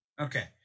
Okay